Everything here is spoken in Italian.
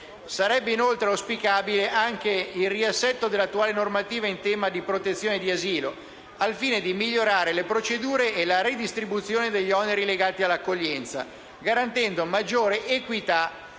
Sarebbe inoltre auspicabile anche il riassetto dell'attuale normativa in tema di protezione e di asilo, al fine di migliorare le procedure e la redistribuzione degli oneri legati all'accoglienza, garantendo maggiore equità